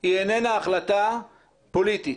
היא איננה החלטה פוליטית?